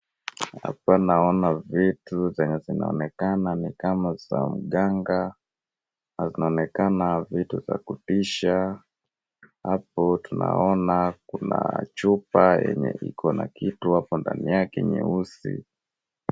Hapa naona vitu zenye zinaonekana ni kama za mganga, na kunaonekana vitu za kutisha. Hapo tunaona kuna chupa yenye iko na kitu hapo ndani yake nyeusi.